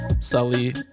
Sully